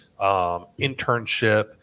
internship